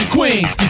Queens